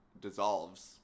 dissolves